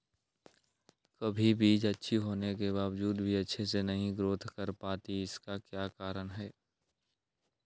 कभी बीज अच्छी होने के बावजूद भी अच्छे से नहीं ग्रोथ कर पाती इसका क्या कारण है?